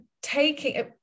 taking